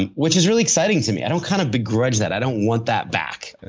and which is really exciting to me. i don't kind of begrudge that. i don't want that back.